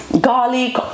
garlic